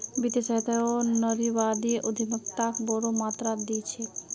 वित्तीय सहायताओ नारीवादी उद्यमिताक बोरो मात्रात दी छेक